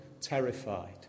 terrified